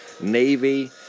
Navy